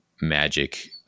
magic